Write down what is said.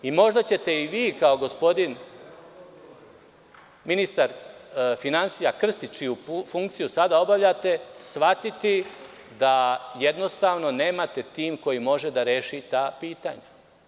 I možda ćete i vi kao gospodin ministar finansija Krstić čiju funkciju sada obavljate, shvatiti da jednostavno nemate tim koji može da reši ta pitanja.